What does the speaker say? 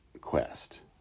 quest